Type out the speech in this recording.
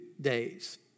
days